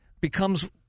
becomes